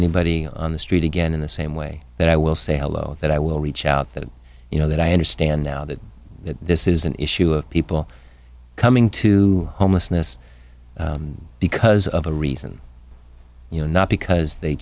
anybody on the street again in the same way that i will say hello that i will reach out that you know that i understand now that this is an issue of people coming to homelessness because of a reason you know not because they